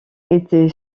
étaient